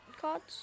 cards